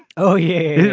oh yeah.